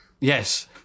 Yes